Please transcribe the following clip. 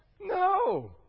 No